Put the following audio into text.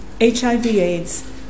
HIV-AIDS